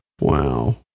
Wow